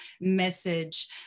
message